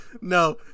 no